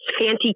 fancy